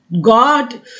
God